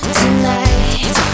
tonight